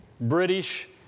British